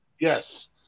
yes